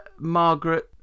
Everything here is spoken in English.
Margaret